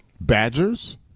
badgers